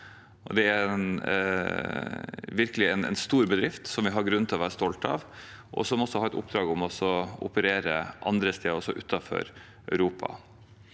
virkelig en stor bedrift, som vi har grunn til å være stolte av, og som har et oppdrag om å operere andre steder, også utenfor Europa.